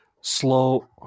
slow